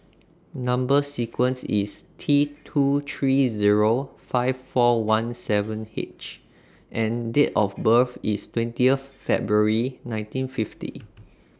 Number sequence IS T two three Zero five four one seven H and Date of birth IS twentieth February nineteen fifty